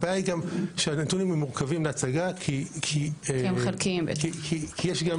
הבעיה היא שהנתונים מורכבים להצגה כי יש גם